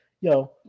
yo